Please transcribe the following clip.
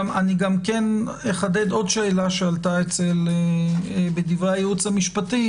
אחדד עוד שאלה שעלתה בדברי הייעוץ המשפטי